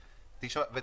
בצחוק.